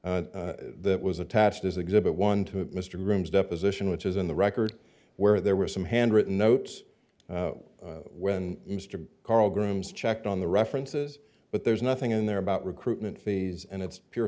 that was attached as exhibit one to mr groom's deposition which is in the record where there were some handwritten notes when mr carl grooms checked on the references but there's nothing in there about recruitment fees and it's pure